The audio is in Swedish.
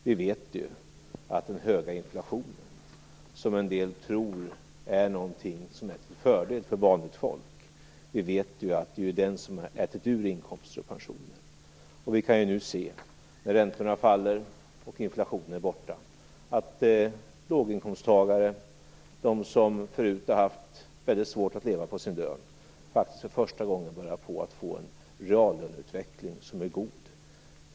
Vi vet att den höga inflationen, som en del tror är någonting som är till fördel för vanligt folk, är det som har ätit ur inkomster och pensioner. Vi kan nu se, när räntorna faller och inflationen är borta, att låginkomsttagare, de som förut har haft väldigt svårt att leva på sin lön, faktiskt för första gången börjar få en reallöneutveckling som är god.